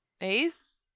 Ace